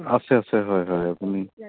আছে আছে হয় হয় আপুনি